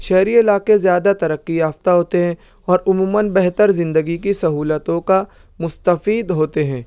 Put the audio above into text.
شہری علاقے زیادہ ترقی یافتہ ہوتے ہیں اور عموماً بہتر زندگی کی سہولتوں کا مستفید ہوتے ہیں